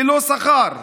ללא שכר,